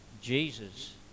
Jesus